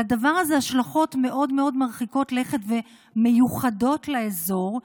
לדבר הזה השלכות מאוד מאוד מרחיקות לכת ומיוחדות לאזור,